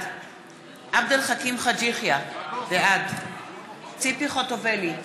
בעד עבד אל חכים חאג' יחיא, בעד ציפי חוטובלי,